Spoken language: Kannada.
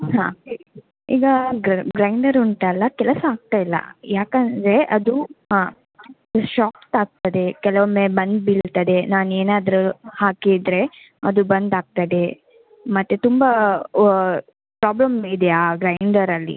ಹಾಂ ಈಗಾ ಗ್ರೈಂಡರ್ ಉಂಟಲ್ಲ ಕೆಲಸ ಆಗ್ತಾಯಿಲ್ಲ ಯಾಕಂದರೆ ಅದು ಹಾಂ ಶಾರ್ಟ್ ಆಗ್ತದೆ ಕೆಲವೊಮ್ಮೆ ಬಂದ್ ಬೀಳ್ತದೆ ನಾನು ಏನಾದರೂ ಹಾಕಿದರೆ ಅದು ಬಂದ್ ಆಗ್ತದೆ ಮತ್ತು ತುಂಬಾ ವ್ ಪ್ರಾಬ್ಲಮ್ ಇದೆ ಆ ಗ್ರೈಂಡರ್ ಅಲ್ಲಿ